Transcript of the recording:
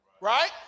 Right